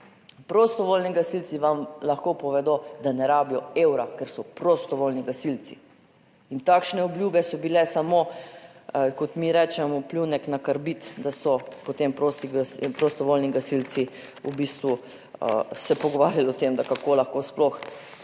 10.05** (nadaljevanje) da ne rabijo evra, ker so prostovoljni gasilci. In takšne obljube so bile samo, kot mi rečemo, pljunek na karbid, da so potem prostovoljni gasilci v bistvu se pogovarjali o tem, kako lahko sploh